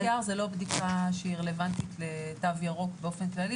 PCR היא לא בדיקה שרלוונטית לתו ירוק באופן כללי,